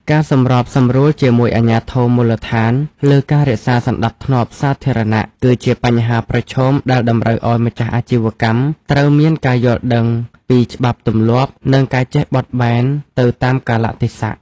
ការសម្របសម្រួលជាមួយអាជ្ញាធរមូលដ្ឋានលើការរក្សាសណ្ដាប់ធ្នាប់សាធារណៈ គឺជាបញ្ហាប្រឈមដែលតម្រូវឱ្យម្ចាស់អាជីវកម្មត្រូវមានការយល់ដឹងពីច្បាប់ទម្លាប់ និងការចេះបត់បែនទៅតាមកាលៈទេសៈ។